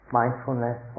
mindfulness